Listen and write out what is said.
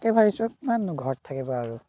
তাকে ভাবিছোঁ কিমাননো ঘৰত থাকিবা আৰু